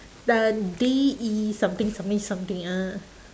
the D E something something something ah